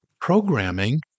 programming